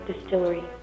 Distillery